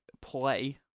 Play